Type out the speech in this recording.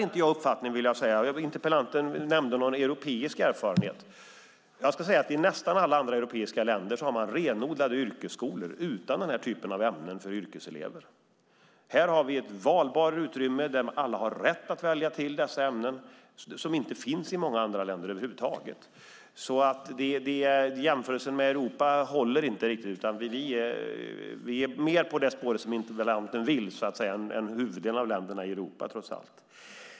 Interpellanten nämnde en europeisk erfarenhet. I nästan alla andra europeiska länder har man renodlade yrkesskolor utan den här typen av ämnen. Vi har ett valbart utrymme där alla har rätt att välja till dessa ämnen. Det är ämnen som över huvud taget inte finns i många andra länder. Jämförelsen med Europa håller inte. Vi är mer inne på det spår som interpellanten vill än vad huvuddelen av Europa är.